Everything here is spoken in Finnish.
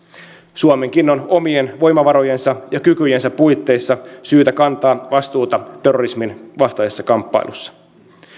suomenkin on omien voimavarojensa ja kykyjensä puitteissa syytä kantaa vastuuta terrorismin vastaisessa kamppailussa